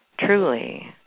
truly